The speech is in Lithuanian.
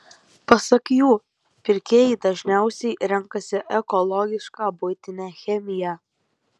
pasak jų pirkėjai dažniausiai renkasi ekologišką buitinę chemiją